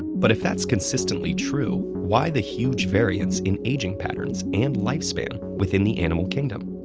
but if that's consistently true, why the huge variance in aging patterns and lifespan within the animal kingdom?